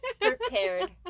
prepared